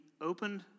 opened